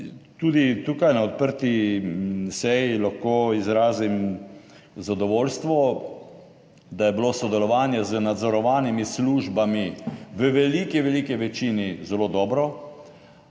Tudi tukaj na odprti seji lahko izrazim zadovoljstvo, da je bilo sodelovanje z nadzorovanimi službami v veliki veliki večini zelo dobro.